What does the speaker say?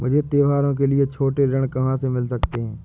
मुझे त्योहारों के लिए छोटे ऋण कहाँ से मिल सकते हैं?